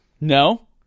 No